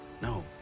no